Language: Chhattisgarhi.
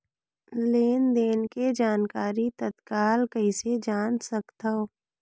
लेन देन के जानकारी तत्काल कइसे जान सकथव?